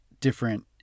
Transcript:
different